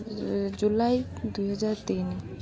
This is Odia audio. ଜୁଲାଇ ଦୁଇହଜାର ତିନି